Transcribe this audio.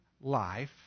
life